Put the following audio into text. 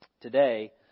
today